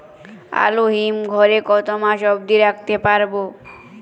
আলু হিম ঘরে কতো মাস অব্দি রাখতে পারবো?